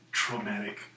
traumatic